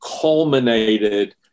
culminated